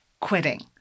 quitting